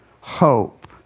hope